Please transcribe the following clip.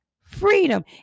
freedom